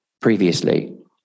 previously